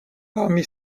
parmi